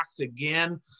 again